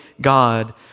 God